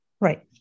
right